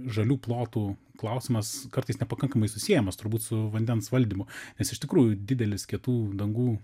žalių plotų klausimas kartais nepakankamai susiejamas turbūt su vandens valdymu nes iš tikrųjų didelis kietų dangų